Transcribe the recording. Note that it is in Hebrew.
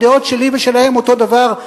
הדעות שלי ושלהם הן אותו הדבר,